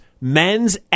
men's